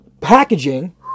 packaging